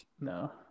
No